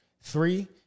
Three